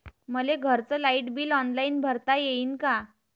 मले घरचं light bill online भरता येईन का?